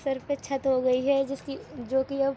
سر پہ چھت ہوگئی ہے جس کی جو کہ اب